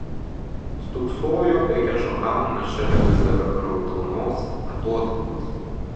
stūksojo bekešo kalnas šalia vis dar raudonos atodangos